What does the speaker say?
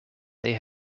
they